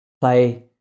play